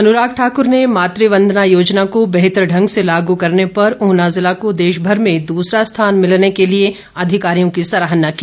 अनुराग ठाकुर ने मातुवंदना योजना को बेहतर ढंग से लागू करने पर ऊना जिला को देश भर में दूसरा स्थान मिलने के लिए अधिकारियों की सराहना की